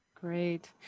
Great